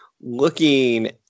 looking